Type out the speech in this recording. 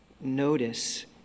Notice